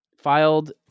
filed